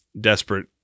desperate